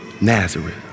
Nazareth